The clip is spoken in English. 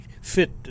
fit